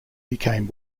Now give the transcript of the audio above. became